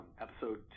episode